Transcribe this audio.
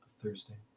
Thursday